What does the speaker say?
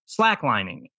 slacklining